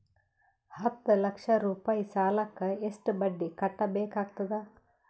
ಹತ್ತ ಲಕ್ಷ ರೂಪಾಯಿ ಸಾಲಕ್ಕ ಎಷ್ಟ ಬಡ್ಡಿ ಕಟ್ಟಬೇಕಾಗತದ?